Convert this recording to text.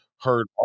heard